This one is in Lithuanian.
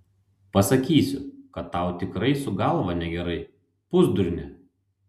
pasakysiu kad tau tikrai su galva negerai pusdurne